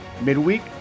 midweek